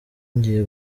ngiye